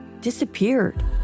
disappeared